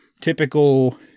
typical